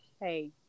hey